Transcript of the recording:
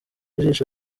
ijisho